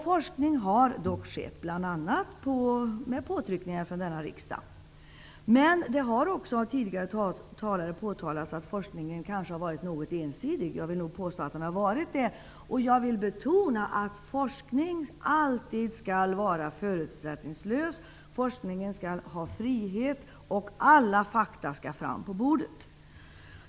Forskning har skett, bl.a. efter påtryckningar från denna riksdag. Tidigare talare har också påtalat att forskningen varit något ensidig. Jag vill nog påstå att den har varit det. Jag vill betona att forskning alltid skall vara förutsättningslös, den skall ha frihet och alla fakta skall fram på bordet.